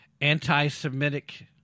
anti-Semitic